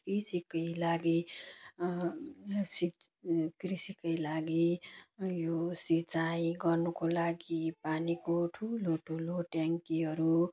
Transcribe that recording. कृषिकै लागि सिच कृषिकै लागि यो सिँचाइ गर्नुको लागि पानीको ठुलो ठुलो ट्याङ्कीहरू